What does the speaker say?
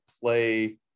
play